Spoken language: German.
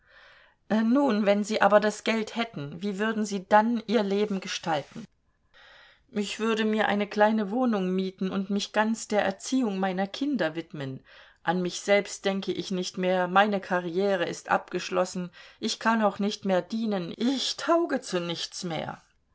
nun wenn sie aber das geld hätten wie würden sie dann ihr leben gestalten ich würde mir eine kleine wohnung mieten und mich ganz der erziehung meiner kinder widmen an mich selbst denke ich nicht mehr meine karriere ist abgeschlossen ich kann auch nicht mehr dienen ich tauge zu nichts mehr